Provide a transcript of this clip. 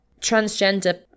Transgender